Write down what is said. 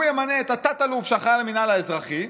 הוא ימנה את התת-אלוף שאחראי על המינהל האזרחי,